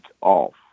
off